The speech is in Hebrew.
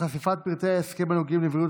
וחשיפת פרטי ההסכם הנוגעים לבריאות